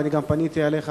ואני גם פניתי אליך